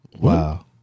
Wow